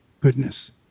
goodness